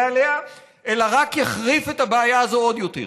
עליה אלא רק יחריף את הבעיה הזו עוד יותר.